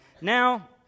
Now